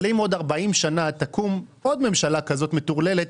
אבל אם עוד 40 שנה תקום עוד ממשלה כזאת מטורללת,